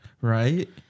Right